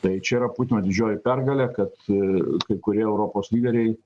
tai čia yra putino didžioji pergalė kad kai kurie europos lyderiai